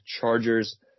Chargers